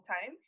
time